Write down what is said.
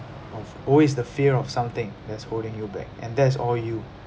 of always the fear of something that's holding you back and that's all you